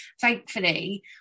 thankfully